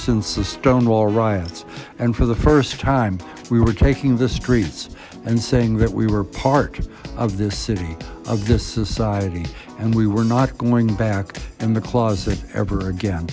since the stonewall riots and for the st time we were taking the streets and saying that we were part of this city of this society and we were not going back in the clause that ever again